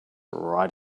right